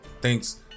Thanks